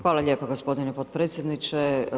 Hvala lijepo gospodine potpredsjedniče.